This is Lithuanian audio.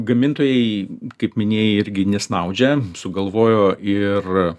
gamintojai kaip minėjai irgi nesnaudžia sugalvojo ir